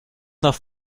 nach